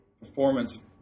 performance